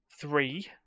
three